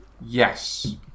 Yes